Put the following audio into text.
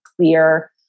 clear